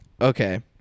Okay